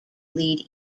lead